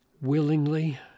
willingly